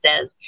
says